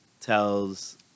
tells